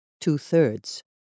two-thirds